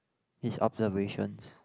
his observations